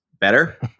better